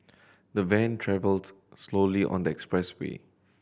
the van travelled slowly on the expressway